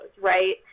Right